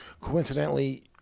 Coincidentally